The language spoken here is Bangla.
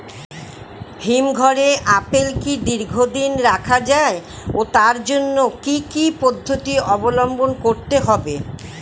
হিমঘরে আপেল কি দীর্ঘদিন রাখা যায় ও তার জন্য কি কি পদ্ধতি অবলম্বন করতে হবে?